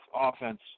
offense